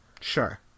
Sure